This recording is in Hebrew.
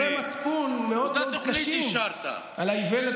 יש לו ייסורי מצפון מאוד מאוד קשים על האיוולת